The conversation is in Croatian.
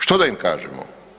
Što da im kažemo?